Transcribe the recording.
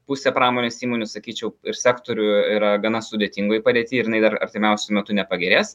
pusė pramonės įmonių sakyčiau ir sektorių yra gana sudėtingoj padėty ir jinai dar artimiausiu metu nepagerės